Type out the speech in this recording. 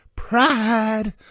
Pride